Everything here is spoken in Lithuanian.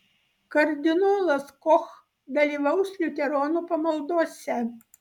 kardinolas koch dalyvaus liuteronų pamaldose